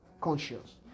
conscious